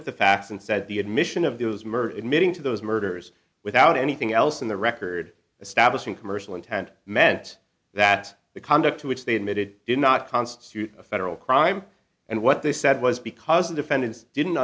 at the facts and said the admission of those murder admitting to those murders without anything else in the record establishing commercial intent meant that the conduct which they admitted did not constitute a federal crime and what they said was because the defendants didn't